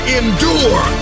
endure